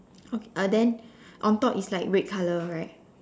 okay uh then on top is like red colour right